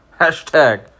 Hashtag